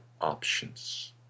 options